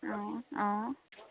অঁ অঁ